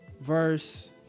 verse